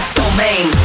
domain